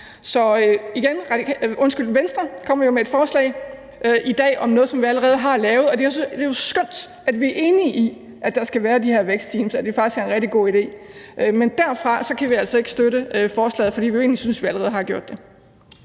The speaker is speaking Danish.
det en mangel. Venstre kommer jo med et forslag i dag om noget, som vi allerede har lavet, og det er jo skønt, at vi er enige om, at der skal være de her vækstteams, og at det faktisk er en rigtig god idé. Men vi kan altså ikke støtte forslaget, fordi vi jo egentlig synes, vi allerede har gjort det.